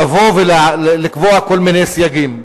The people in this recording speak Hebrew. לבוא ולקבוע כל מיני סייגים.